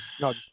No